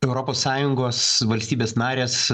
europos sąjungos valstybės narės